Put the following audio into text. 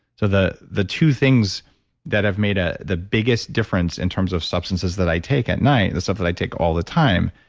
so the the two things that have made ah the biggest difference in terms of substances that i take at night, the stuff that i take all the time.